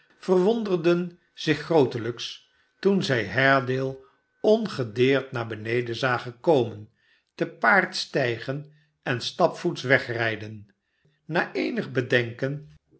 verwonderden zich grootelijks toen zij haredale ongedeerd naar beneden zagen komen te paard stijgen en stapvoets wegnjden na eenig bedenken